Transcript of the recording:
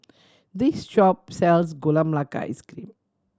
this shop sells Gula Melaka Ice Cream